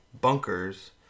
bunkers